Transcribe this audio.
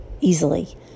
easily